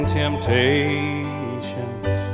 temptations